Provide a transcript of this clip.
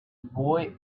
boy